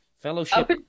fellowship